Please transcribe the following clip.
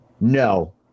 no